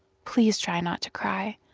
please try not to cry.